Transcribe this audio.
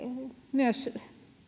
myös